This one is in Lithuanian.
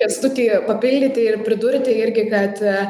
kęstutį papildyti ir pridurti irgi kad